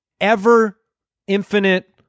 ever-infinite